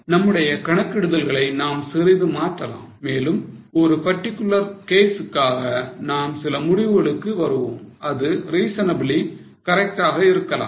நம்முடைய கணக்கிடுதல்களை நாம் சிறிது மாற்றலாம் மேலும் ஒரு particular case க்காக நாம் சில முடிவுகளுக்கு வருவோம் அது reasonably correct ஆக இருக்கலாம்